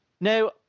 Now